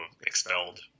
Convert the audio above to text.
expelled